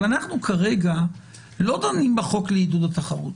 אבל כרגע אנחנו לא דנים בחוק לעידוד התחרות.